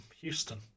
Houston